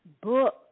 book